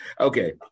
Okay